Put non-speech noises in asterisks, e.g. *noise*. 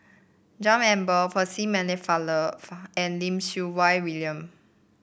John Eber Percy Pennefather *unintelligible* and Lim Siew Wai William